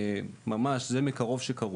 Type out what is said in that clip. אני יודעת, כי היא ישבה פה.